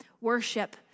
Worship